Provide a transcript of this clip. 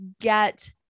get